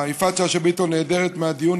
יפעת שאשא ביטון נעדרת מהדיון,